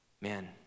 man